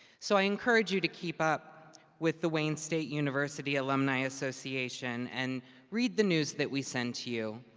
so i encourage you to keep up with the wayne state university alumni association, and read the news that we send to you.